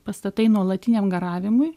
pastatai nuolatiniam garavimui